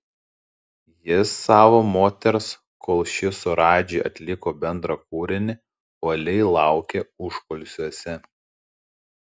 jis savo moters kol ši su radži atliko bendrą kūrinį uoliai laukė užkulisiuose